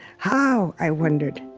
how, i wondered,